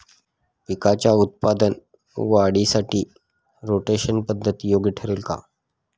पिकाच्या उत्पादन वाढीसाठी रोटेशन पद्धत योग्य ठरेल का?